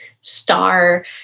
star